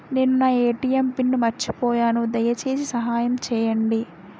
నేను నా ATM pin మర్చిపోయాను, దయచేసి సహాయం చేయండి